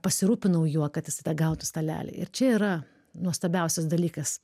pasirūpinau juo kad jisai tą gautų stalelį ir čia yra nuostabiausias dalykas